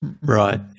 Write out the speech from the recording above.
Right